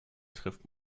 trifft